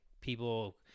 people